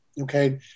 okay